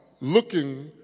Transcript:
looking